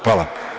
Hvala.